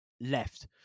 left